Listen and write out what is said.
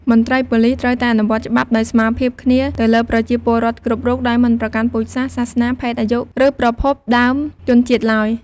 មន្ត្រីប៉ូលិសត្រូវតែអនុវត្តច្បាប់ដោយស្មើភាពគ្នាទៅលើប្រជាពលរដ្ឋគ្រប់រូប ដោយមិនប្រកាន់ពូជសាសន៍ សាសនា ភេទ អាយុ ឬប្រភពដើមជនជាតិឡើយ។